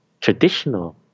traditional